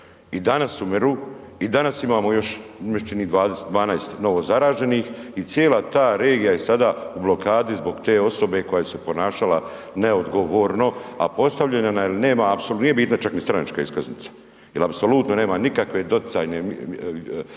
i danas imamo još, meni se čini, 12 novozaraženih i cijela ta regija je sada u blokadi zbog te osobe koja se je ponašala neodgovorno, a postavljena je jel nema apsolutno, nije bitna čak ni stranačka iskaznica, jel apsolutno nema nikakve doticajne,